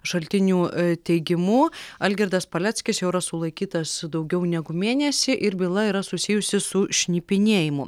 šaltinių teigimu algirdas paleckis jau yra sulaikytas daugiau negu mėnesį ir byla yra susijusi su šnipinėjimu